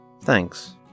Thanks